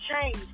change